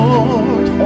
Lord